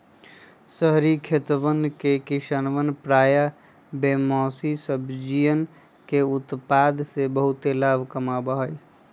शहरी खेतवन में किसवन प्रायः बेमौसमी सब्जियन के उत्पादन से बहुत लाभ कमावा हई